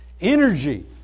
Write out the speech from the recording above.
energy